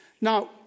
Now